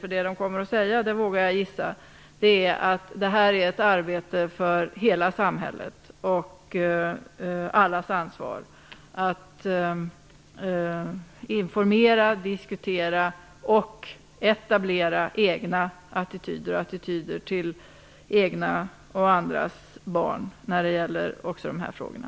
Vad de kommer att säga, det vågar jag gissa är att säga att det här är ett arbete för hela samhället och att det är allas ansvar att informera, att diskutera och att etablera egna attityder till sina egna och andras barn när det gäller de här frågorna.